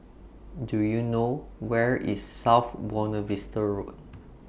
Do YOU know Where IS South Buona Vista Road